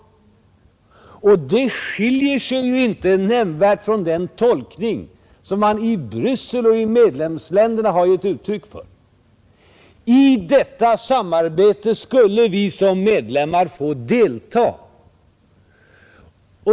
Den skiljer sig ju inte nämnvärt från den tolkning som man i Br§ssel och i medlemsländerna har givit uttryck för, I detta samarbete skulle vi sisom medlemmar få delta.